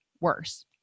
worse